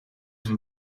een